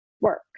work